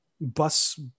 bus